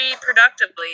productively